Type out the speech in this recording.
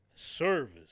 service